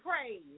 praise